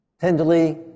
Tenderly